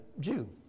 Jew